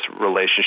relationship